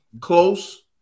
close